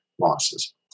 losses